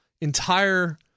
entire